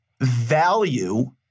value